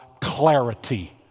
clarity